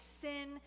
sin